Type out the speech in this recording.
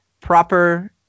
proper